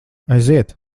aiziet